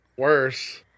worse